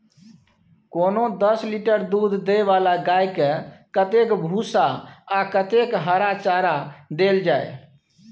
कोनो दस लीटर दूध दै वाला गाय के कतेक भूसा आ कतेक हरा चारा देल जाय?